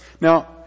Now